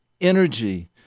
energy